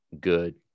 good